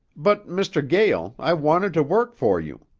but, mr. gael, i wanted to work for you.